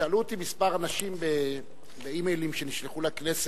שאלו אותי כמה אנשים באימיילים שנשלחו לכנסת,